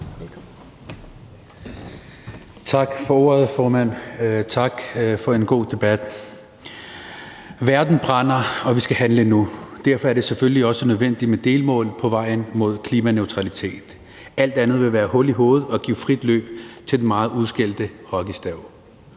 Tak for ordet, formand, og tak for en god debat. Verden brænder, og vi skal handle nu. Derfor er det selvfølgelig også nødvendigt med delmål på vejen mod klimaneutralitet. Alt andet vil være hul i hovedet og give frit løb til den meget udskældte hockeystav.